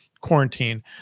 quarantine